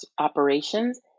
operations